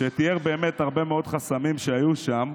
ותיאר באמת הרבה מאוד חסמים שהיו שם.